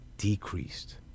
Decreased